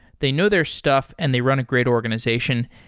they know their stuff and they run a great organization.